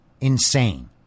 insane